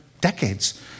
decades